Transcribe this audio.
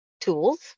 tools